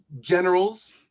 generals